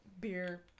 beer